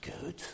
good